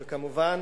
וכמובן,